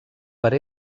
per